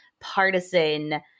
partisan